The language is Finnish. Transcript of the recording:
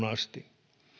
asti